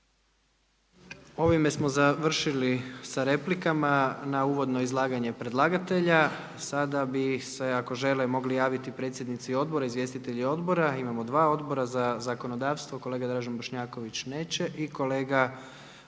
Ovime smo završili sa replikama na uvodno izlaganje predlagatelja. Sada bi se ako žele mogli javiti predsjednici odbora, izvjestitelji odbora. Imamo dva odbora. Za zakonodavstvo kolega Dražen Bošnjaković neće. I kolega